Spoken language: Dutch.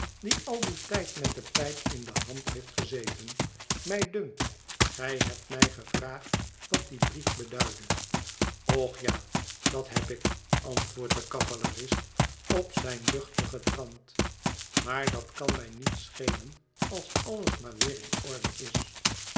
die al dien tijd met de pijp in de hand heelt gezeten mij dunkt gij hebt mij gevraagd wat die brief beduidde och ja dat heb ik antwoordt de cavalerist op zijn luchtigen trant maar dat kan mij niet schelen als alles maar weer in orde is